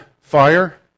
fire